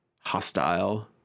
hostile